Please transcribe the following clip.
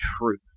truth